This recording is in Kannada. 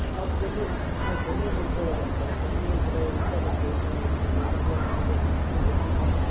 ಆ ಹಬ್ಬದಲ್ಲಿ ನಾವು ಬನ್ನಿ ಮುಡ್ಕೊಳ್ಳೋದು ಅಂತಾರೆ ಬನ್ನಿ ಗಿಡ ಇರುತ್ತೆ ಅಲ್ಲಿ ಒಂದು ದೇವಸ್ಥಾನ ಇರುತ್ತೆ ದೇವಿಯದು ಅಲ್ಲಿ ಪೂಜೆ ಮಾಡ್ಕೊಂಡು ಬನ್ನಿ ತಾ